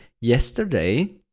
yesterday